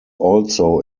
also